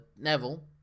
Neville